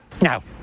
Now